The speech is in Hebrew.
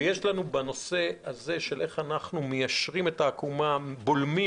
בנושא הזה איך אנחנו מיישרים את העקומה ובולמים